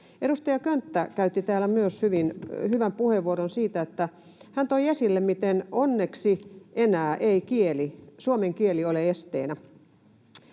Edustaja Könttä käytti täällä myös hyvän puheenvuoron ja toi esille, miten onneksi enää ei kieli, suomen kieli, ole esteenä.